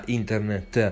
internet